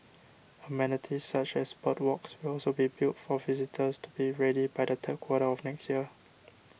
amenities such as boardwalks will also be built for visitors to be ready by the third quarter of next year